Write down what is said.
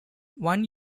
one